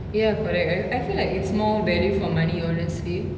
ya correct I I feel like it's more value for money honestly